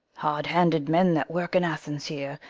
hard-handed men that work in athens here,